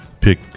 pick